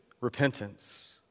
repentance